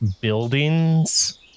buildings